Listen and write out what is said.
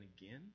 again